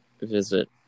visit